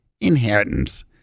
inheritance